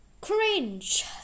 Cringe